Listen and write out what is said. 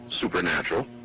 supernatural